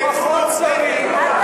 שילמדו נורבגית.